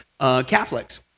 Catholics